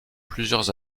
plusieurs